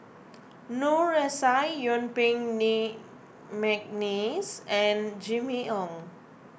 Noor S I Yuen Peng Lee McNeice and Jimmy Ong